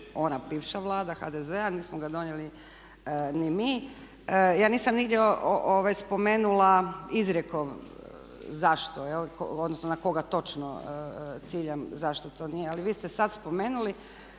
ona bivša Vlada HDZ-a niti smo ga donijeli mi. Ja nisam nigdje spomenula izrijekom zašto, odnosno na koga točno ciljam zašto to nije ali vi ste sad spomenuli.